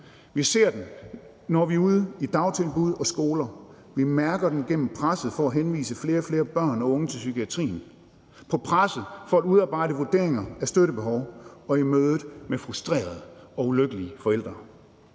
Vi ser den, når vi er ude i dagtilbud og på skoler, vi mærker den gennem presset for at henvise flere og flere børn og unge til psykiatrien, på presset for at udarbejde vurderinger af støttebehov og i mødet med frustrerede og ulykkelige forældre.